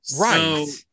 Right